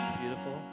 beautiful